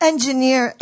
Engineer